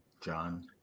John